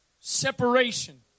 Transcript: Separation